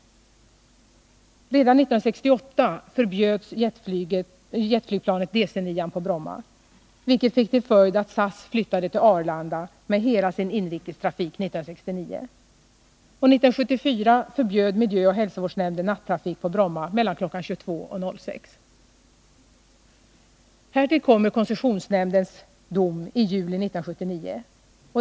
Redan 1968 förbjöds jetflygplanet DC9 på Bromma, vilket fick till följd att SAS flyttade till Arlanda med hela sin inrikestrafik 1969. 1974 förbjöd miljöoch hälsovårdsnämnden nattrafik på Bromma mellan kl. 22.00 och 06.00. Härtill kommer koncessionsnämndens utslag i juli 1979.